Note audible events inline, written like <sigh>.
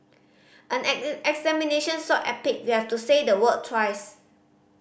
an <unintelligible> examination so epic you have to say the word twice